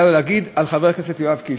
היה לו להגיד על חבר הכנסת יואב קיש,